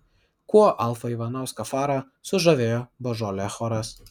kuo alfą ivanauską farą sužavėjo božolė choras